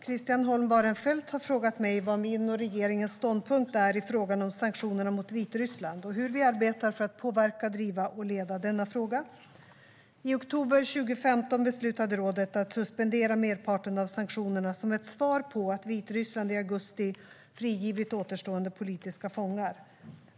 Christian Holm Barenfeld har frågat mig vad min och regeringens ståndpunkt är i frågan om sanktionerna mot Vitryssland och hur vi arbetar för att påverka, driva och leda denna fråga. I oktober 2015 beslutade rådet att suspendera merparten av sanktionerna som ett svar på att Vitryssland i augusti frigivit återstående politiska fångar.